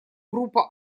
группа